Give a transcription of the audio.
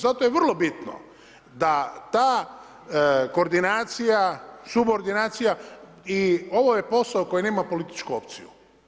Zato je vrlo bitno da ta koordinacija, subordinacija i ovo je posao koji nema političku opciju.